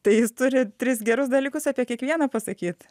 tai jis turi tris gerus dalykus apie kiekvieną pasakyt